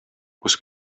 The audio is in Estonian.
kus